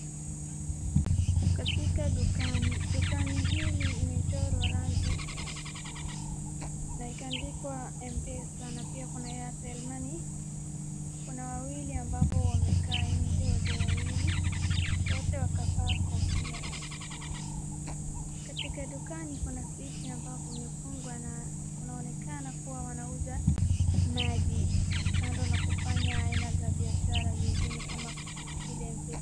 Katika dukani, dukani hili limechorwa rangi na ikaandikwa mpesa na pia kuna airtel money Kuna wawili ambapo wamekaa nje wazee wawili wote wakavaa kofia katika dukani kuna vitu ambavyo vimefungwa na kunaonekana kua wanauza maji kando na kufanya aina za bishara zingine kama vile mpesa.